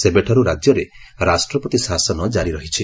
ସେବେଠାରୁ ରାଜ୍ୟରେ ରାଷ୍ଟ୍ରପତି ଶାସନ ଜାରି ରହିଛି